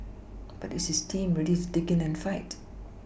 but is his team ready to dig in and fight